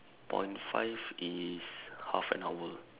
point five is half an hour